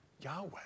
Yahweh